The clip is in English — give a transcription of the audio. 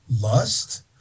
lust